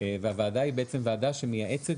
והוועדה היא בעצם ועדה שמייעצת,